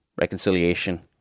reconciliation